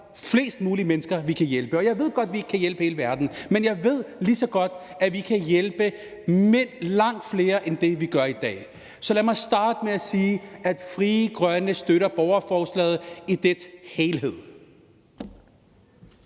flest mulige mennesker. Jeg ved godt, at vi ikke kan hjælpe hele verden, men jeg ved lige så godt, at vi kan hjælpe langt flere, end vi gør i dag. Så lad mig starte med at sige, at Frie Grønne støtter borgerforslaget i dets helhed.